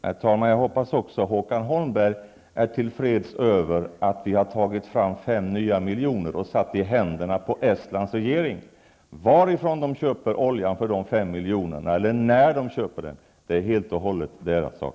Herr talman! Jag hoppas att Håkan Holmberg också är tillfreds med att vi har tagit fram ytterligare fem miljoner och satt i händerna på Estlands regering. Varifrån de köper olja för dessa fem miljoner eller när de köper den är helt och hållet deras sak.